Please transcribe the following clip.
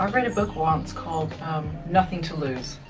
i read a book once called nothing to lose.